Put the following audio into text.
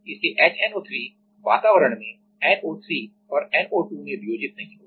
इसलिए HNO3 वातावरण में NO3 और NO2 में वियोजित नहीं होगा